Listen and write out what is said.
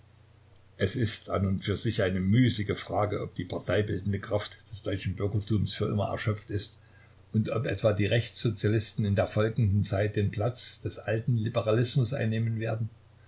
es ist an und für sich eine müßige frage ob die parteibildende kraft des deutschen bürgertums für immer erschöpft ist und ob etwa die rechtssozialisten in der folgenden zeit den platz des alten liberalismus einnehmen werden